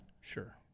Sure